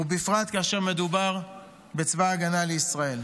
ובפרט כאשר מדובר בצבא ההגנה לישראל.